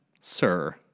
Sir